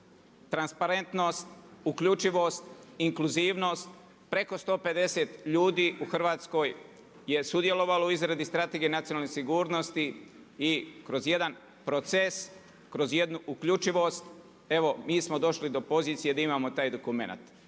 transparentnost, uključivost, inkluzivnost, preko 150 ljudi u Hrvatskoj je sudjelovalo u izradi Strategije nacionalne sigurnosti i kroz jedan proces, kroz jednu uključivost, evo mi smo došli do pozicije da imamo taj dokumenat.